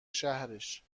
شهرش